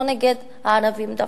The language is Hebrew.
לא נגד הערבים דווקא.